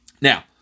Now